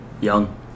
Young